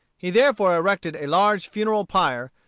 he therefore erected a large funeral pyre,